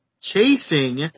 chasing